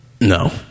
No